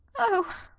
oh!